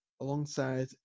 alongside